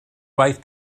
waith